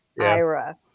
Ira